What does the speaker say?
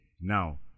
Now